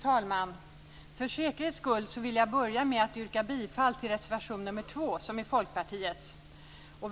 Fru talman! För säkerhets skull vill jag börja med att yrka bifall till reservation nr 2, som är Folkpartiets.